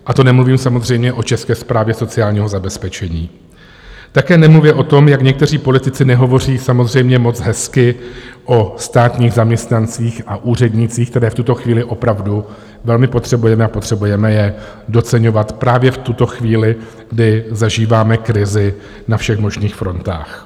A to nemluvím samozřejmě o České správě sociálního zabezpečení, také nemluvě o tom, jak někteří politici nehovoří samozřejmě moc hezky o státních zaměstnancích a úřednících, které v tuto chvíli opravdu velmi potřebujeme, a potřebujeme doceňovat právě v tuto chvíli, kdy zažíváme krizi na všech možných frontách.